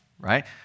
right